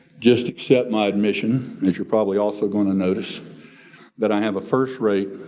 just accept my admission as you're probably also gonna notice that i have a first-rate,